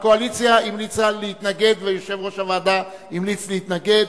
הקואליציה המליצה להתנגד ויושב-ראש הוועדה המליץ להתנגד.